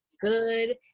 good